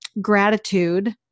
gratitude